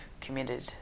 committed